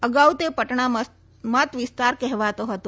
અગાઉ તે પટણા મતવિસ્તાર કહેવાતો હતો